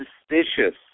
suspicious